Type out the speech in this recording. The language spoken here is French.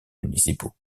municipaux